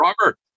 Robert